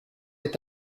est